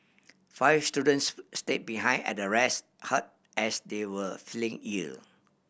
five students stay behind at the rest hut as they were feeling ill